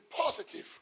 positive